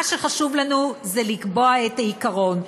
מה שחשוב לנו זה לקבוע את העיקרון.